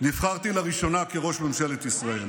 נבחרתי לראשונה לראש ממשלת ישראל.